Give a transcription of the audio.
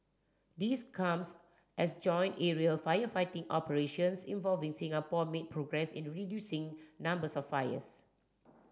this comes as joint aerial firefighting operations involving Singapore made progress in reducing numbers of fires